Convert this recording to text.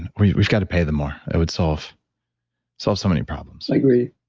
we've we've got to pay them more. it would solve solve so many problems i agree.